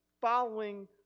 following